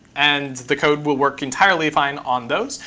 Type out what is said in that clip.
and the code will work entirely fine on those.